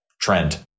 trend